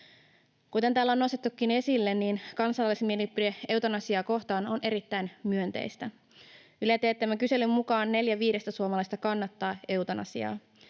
Kuten täällä on nostettukin esille, niin kansalaismielipide eutanasiaa kohtaan on erittäin myönteistä. Ylen teettämän kyselyn mukaan neljä viidestä suomalaisesta kannattaa eutanasiaa.